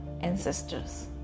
ancestors